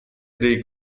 dei